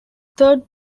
third